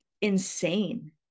insane